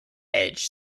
edge